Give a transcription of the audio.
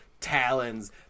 talons